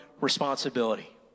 responsibility